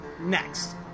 Next